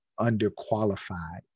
underqualified